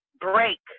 break